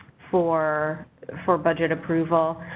for for budget approval.